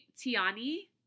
Tiani